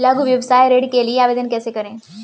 लघु व्यवसाय ऋण के लिए आवेदन कैसे करें?